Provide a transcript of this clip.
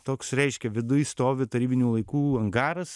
toks reiškia viduj stovi tarybinių laikų angaras